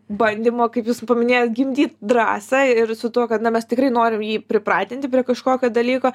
bandymo kaip jūs paminėjot gimdyt drąsą ir su tuo kad na mes tikrai norim jį pripratinti prie kažkokio dalyko